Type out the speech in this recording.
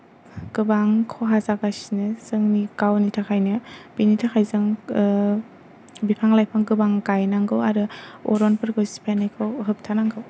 गोबां खहा जागासिनो जोंनि गावनि थाखायनो बेनि थाखाय जों बिफां लाइफां गोबां गायनांगौ आरो अरनफोरखौ सिफायनायखौ होबथानांगौ